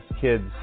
kids